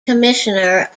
commissioner